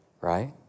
Right